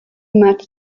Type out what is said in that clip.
met